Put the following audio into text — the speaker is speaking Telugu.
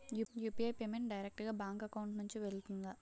యు.పి.ఐ పేమెంట్ డైరెక్ట్ గా బ్యాంక్ అకౌంట్ నుంచి వెళ్తుందా?